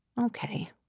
Okay